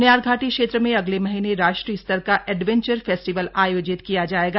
नयारघाटी क्षेत्र में अगले महीने राष्ट्रीय स्तर का एडवेंचर फेस्टिवल आयोजित किया जाएगा